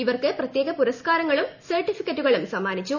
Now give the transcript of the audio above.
ഇവർക്ക് പ്രത്യേക പുരസ്കാരങ്ങളും സർട്ടിഫിക്കറ്റുകളും സമ്മാനിച്ചു